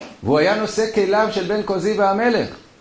והוא היה נושא כליו של בן קוזי והמלך